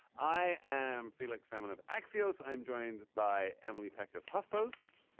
i am felix salmon of axios. i'm joined by emily peck of huffpost.